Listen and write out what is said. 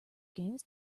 games